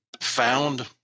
found